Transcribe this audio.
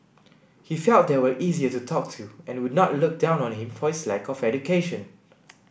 he felt they were easier to talk to and would not look down on him for his lack of education